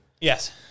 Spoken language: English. Yes